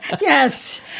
Yes